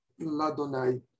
ladonai